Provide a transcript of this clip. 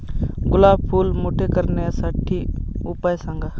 गुलाब फूल मोठे करण्यासाठी उपाय सांगा?